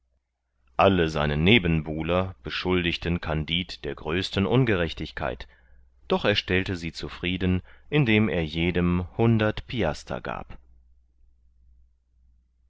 alle seine nebenbuhler beschuldigten kandid der größten ungerechtigkeit doch er stellte sie zufrieden indem er jedem hundert piaster gab